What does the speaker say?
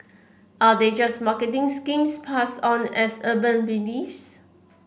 are they just marketing schemes passed on as urban beliefs